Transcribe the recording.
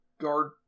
guard